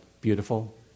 beautiful